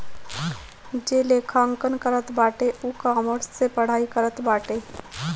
जे लेखांकन करत बाटे उ इकामर्स से पढ़ाई करत बाटे